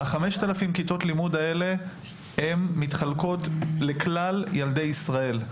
ה-5,000 כיתות לימוד האלה הם מתחלקות לכלל ילדי ישראל,